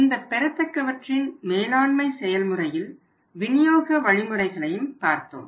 இந்த பெறத்தக்கவற்றின் மேலாண்மை செயல்முறையில் விநியோக வழிமுறைகளையும் பார்த்தோம்